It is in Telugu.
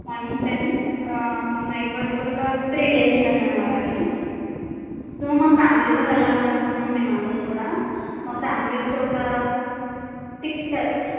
మార్నింగ్ టెన్ నైట్ వరకు ఇంకా త్రీ డేస్ ఉంటాము మేము అలాగే సో మా ఫ్యామిలీతో వెళ్ళాలనుకుంటున్నాము మేమందరం కూడా మా ఫ్యామిలీ వచ్చి ఒక సిక్స్ సెవెన్